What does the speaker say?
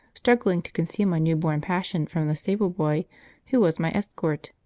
struggling to conceal my new-born passion from the stable-boy who was my escort.